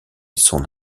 son